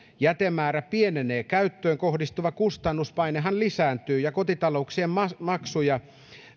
jätemäärä pienenee käyttöön kohdistuva kustannuspainehan lisääntyy ja kotitalouksien maksuja